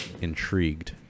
intrigued